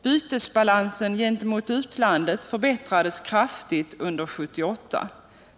Bytesbalansen gentemot utlandet förbättrades kraftigt under 1978.